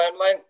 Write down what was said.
timeline